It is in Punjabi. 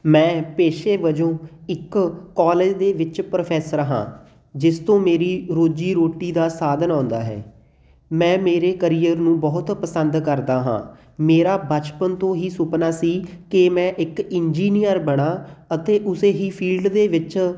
ਮੈਂ ਪੇਸ਼ੇ ਵਜੋਂ ਇੱਕ ਕੋਲਜ ਦੇ ਵਿੱਚ ਪ੍ਰੋਫੈਸਰ ਹਾਂ ਜਿਸ ਤੋਂ ਮੇਰੀ ਰੋਜ਼ੀ ਰੋਟੀ ਦਾ ਸਾਧਨ ਆਉਂਦਾ ਹੈ ਮੈਂ ਮੇਰੇ ਕਰੀਅਰ ਨੂੰ ਬਹੁਤ ਪਸੰਦ ਕਰਦਾ ਹਾਂ ਮੇਰਾ ਬਚਪਨ ਤੋਂ ਹੀ ਸੁਪਨਾ ਸੀ ਕਿ ਮੈਂ ਇੱਕ ਇੰਜੀਨੀਅਰ ਬਣਾ ਅਤੇ ਉਸੇ ਹੀ ਫੀਲਡ ਦੇ ਵਿੱਚ